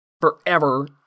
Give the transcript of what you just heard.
forever